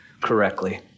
correctly